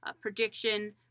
prediction